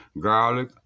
garlic